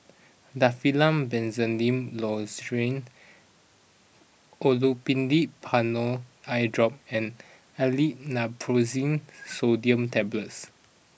Difflam Benzydamine Lozenges Olopatadine Patanol Eyedrop and Aleve Naproxen Sodium Tablets